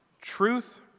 Truth